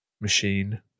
machine